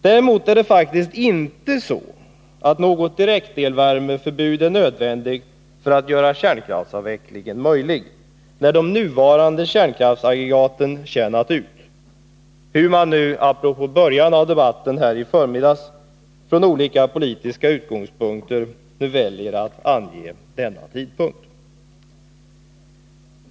Däremot är det faktiskt inte så att något direktelvärmeförbud är nödvändigt för att göra kärnkraftsavvecklingen möjlig, när de nuvarande kärnkraftsaggregaten tjänat ut, hur man nu, apropå början av debatten här i förmiddags, från olika politiska utgångspunkter väljer att ange denna tidpunkt.